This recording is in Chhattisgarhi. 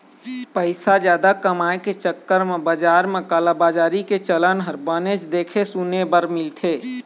पइसा जादा कमाए के चक्कर म बजार म कालाबजारी के चलन ह बनेच देखे सुने बर मिलथे